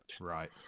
Right